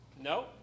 No